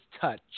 touch